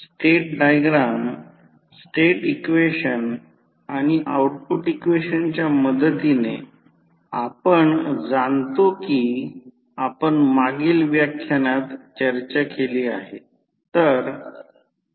state diagram state equation आणि output इक्वेशनच्या मदतीने आपण जाणतो की आपण मागील व्याख्यानात चर्चा केली आहे